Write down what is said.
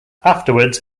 afterwards